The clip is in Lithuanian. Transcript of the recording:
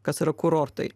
kas yra kurortai